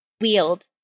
wield